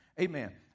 Amen